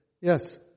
Yes